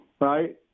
right